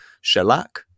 shellac